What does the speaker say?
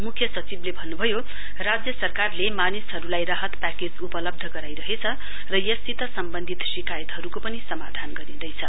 मुख्य सचिवले भन्नुभयो राज्य सरकारले मानिसहरूलाई राहत प्याकेज उपलब्ध गराइरहेछ र यससित सम्बन्धित शिकायतहरूको पनि समाधान गरिँदैछ